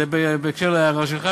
זה בקשר להערה שלך,